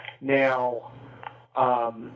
Now